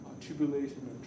tribulation